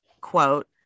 quote